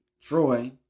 troy